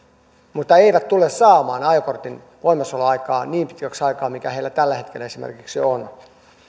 mutta eivät tule saamaan ajokortin voimassaoloaikaa niin pitkäksi aikaa kuin mitä heillä esimerkiksi tällä hetkellä on